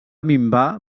minvar